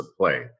play